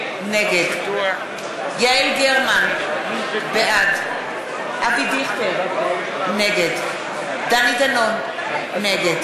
נגד יעל גרמן, בעד אבי דיכטר, נגד דני דנון, נגד